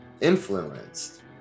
influenced